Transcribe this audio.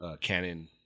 Canon